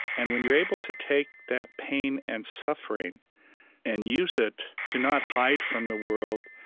and when you're able to take that pain and suffering and use it to not hide from the world,